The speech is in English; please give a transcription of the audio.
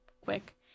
quick